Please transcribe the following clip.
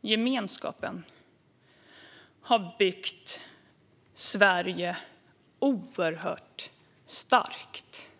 gemenskapen har byggt Sverige oerhört starkt.